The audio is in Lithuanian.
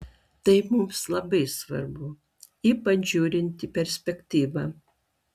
tai mums labai svarbu ypač žiūrint į perspektyvą